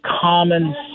common